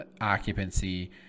occupancy